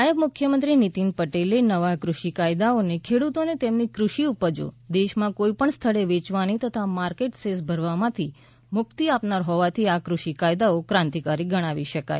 નાયબ મુખ્યમંત્રી નીતીન પટેલે નવા કૃષિ કાયદાઓ ખેડૂતોને તેમની કૃષિ ઉપજો દેશમાં કોઈપણ સ્થળે વેચવાની તથા માર્કેટ સેસ ભરવામાંથી મુક્તિ આપનારા હોવાથી આ ક઼ષિ કાયદાઓ ક્રાંતિકારી ગણાવી શકાય